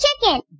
chicken